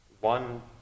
One